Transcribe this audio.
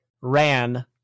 ran